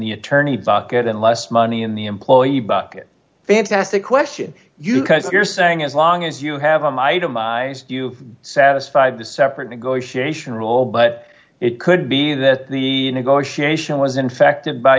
the attorney pocket and less money in the employee bucket fantastic question you cuz you're saying as long as you have them itemized you satisfied the separate negotiation role but it could be that the negotiation was infected by